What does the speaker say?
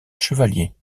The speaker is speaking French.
chevalier